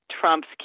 Trump's